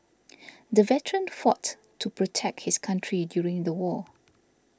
the veteran fought to protect his country during the war